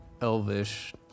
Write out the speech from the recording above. Elvish